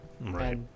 Right